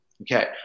okay